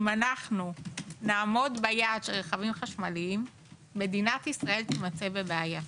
אם אנחנו נעמוד ביעד של רכבים חשמליים מדינת ישראל תימצא בבעיה.